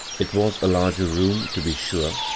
it was a larger room, to be sure,